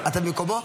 אתה במקומו?